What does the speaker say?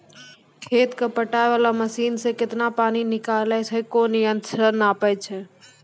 खेत कऽ पटाय वाला मसीन से केतना पानी निकलैय छै कोन यंत्र से नपाय छै